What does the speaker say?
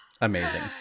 Amazing